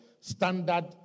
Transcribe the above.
standard